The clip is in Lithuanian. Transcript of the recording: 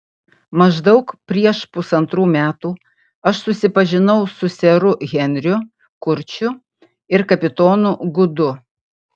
maždaug prieš pusantrų metų aš susipažinau su seru henriu kurčiu ir kapitonu gudu